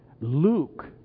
Luke